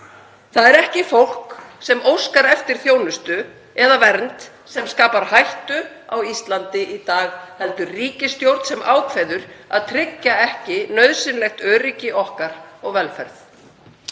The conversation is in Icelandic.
Það er ekki fólk sem óskar eftir þjónustu eða vernd sem skapar hættu á Íslandi í dag heldur ríkisstjórn sem ákveður að tryggja ekki nauðsynlegt öryggi okkar og velferð.